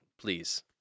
please